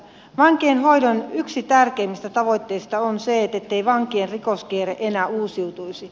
vankien hoidon yksi tärkeimmistä tavoitteista on se ettei van kien rikoskierre enää uusiutuisi